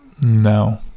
no